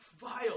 Vile